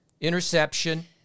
interception